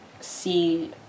see